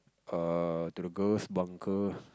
err to the girls bunker